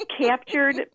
captured